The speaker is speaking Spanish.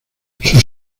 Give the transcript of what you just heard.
sus